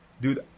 dude